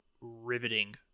riveting